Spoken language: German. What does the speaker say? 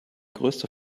größter